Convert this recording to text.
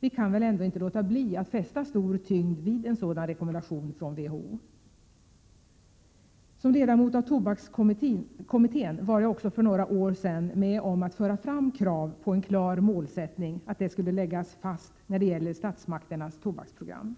Vi kan väl ändå inte låta bli att fästa stor tyngd vid en sådan rekommendation från WHO? Som ledamot av tobakskommittén var jag också för några år sedan med om att föra fram krav på att en klar målsättning skulle läggas fast när det gäller statsmakternas tobaksprogram.